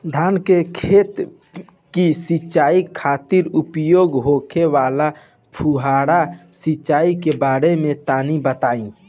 धान के खेत की सिंचाई खातिर उपयोग होखे वाला फुहारा सिंचाई के बारे में तनि बताई?